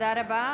תודה רבה.